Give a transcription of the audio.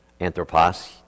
anthropos